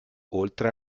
oltre